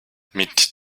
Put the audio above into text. mit